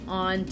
on